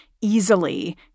easily